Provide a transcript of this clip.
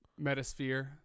metasphere